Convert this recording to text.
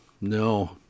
No